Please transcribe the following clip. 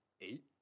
Eight